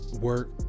work